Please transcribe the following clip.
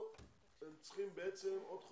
פה הם צריכים בעצם עוד חודשיים,